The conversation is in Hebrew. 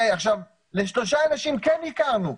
לשלושה אנשים כן הכרנו.